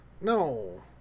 No